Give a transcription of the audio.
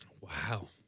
Wow